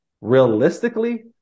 Realistically